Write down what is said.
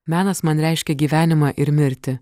menas man reiškia gyvenimą ir mirtį